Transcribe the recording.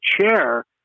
chair